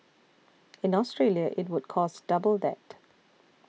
in Australia it would cost double that